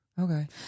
Okay